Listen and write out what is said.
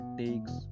takes